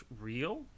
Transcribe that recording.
real